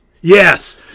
Yes